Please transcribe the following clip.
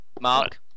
Mark